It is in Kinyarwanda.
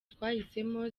twahisemo